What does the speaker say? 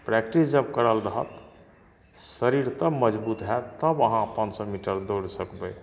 practice जब करल रहत शरीर तब मजबुत होएत तब अहाँ पाँच सए मीटर दौड़ सकबै